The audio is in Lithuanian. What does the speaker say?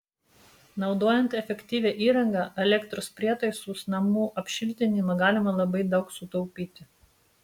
naudojant efektyvią įrangą elektros prietaisus namų apšiltinimą galima labai daug sutaupyti